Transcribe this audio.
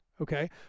Okay